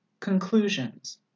Conclusions